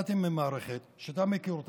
באתי ממערכת שאתה מכיר אותה,